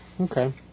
Okay